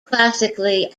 classically